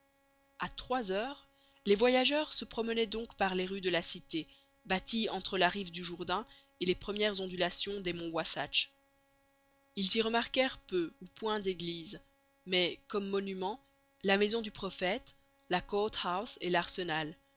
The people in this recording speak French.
a trois heures les voyageurs se promenaient donc par les rues de la cité bâtie entre la rive du jourdain et les premières ondulations des monts wahsatch ils y remarquèrent peu ou point d'églises mais comme monuments la maison du prophète la court house et l'arsenal